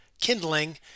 Kindling